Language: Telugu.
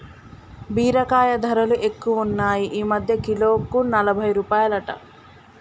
బీరకాయ ధరలు ఎక్కువున్నాయ్ ఈ మధ్యన కిలోకు ఎనభై రూపాయలట